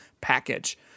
package